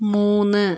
മൂന്ന്